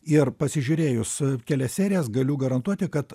ir pasižiūrėjus kelias serijas galiu garantuoti kad